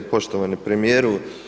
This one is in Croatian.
Poštovani premijeru.